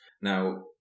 Now